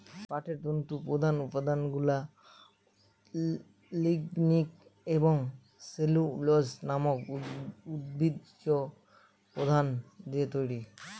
পাটের তন্তুর প্রধান উপাদানগুলা লিগনিন এবং সেলুলোজ নামক উদ্ভিজ্জ উপাদান দিয়ে তৈরি